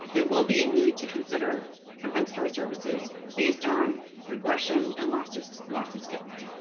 there will be a need to consider compensatory services based on regression and loss of loss of skills.